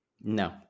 no